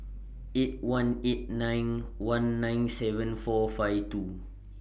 eight one eight nine one nine seven four five two